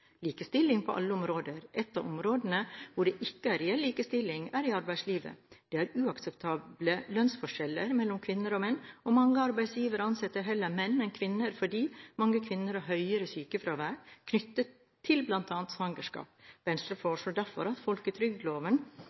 likestilling på alle områder. Et av områdene hvor det ikke er reell likestilling, er i arbeidslivet. Det er uakseptable lønnsforskjeller mellom kvinner og menn, og mange arbeidsgivere ansetter heller menn enn kvinner fordi mange kvinner har høyere sykefravær knyttet til bl.a. svangerskap. Venstre foreslår derfor at folketrygdloven